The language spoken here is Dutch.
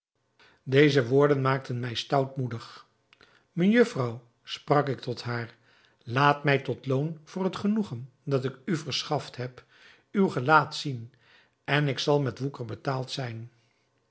deze woorden maakten mij stoutmoedig mejufvrouw sprak ik tot haar laat mij tot loon voor het genoegen dat ik u verschaft heb uw gelaat zien en ik zal met woeker betaald zijn